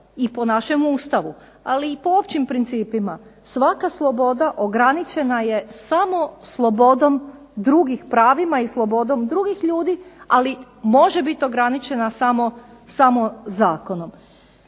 po našem Ustavu ali i po općim principima svaka sloboda ograničena je samo slobodom drugih pravima i slobodom drugih ljudi, ali može biti ograničena samo zakonom.